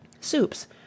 Soups